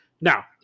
Now